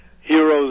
Heroes